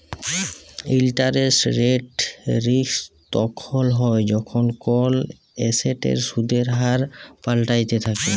interest rate risk তখল হ্যয় যখল কল এসেটের সুদের হার পাল্টাইতে থ্যাকে